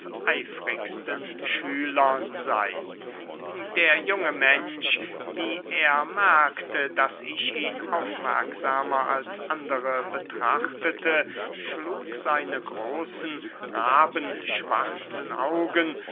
eifrigsten schülern sey der junge mensch wie er merkte daß ich ihn aufmerksamer als andere betrachtete schlug seine großen rabenschwarzen augen